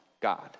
God